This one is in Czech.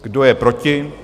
Kdo je proti?